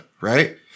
right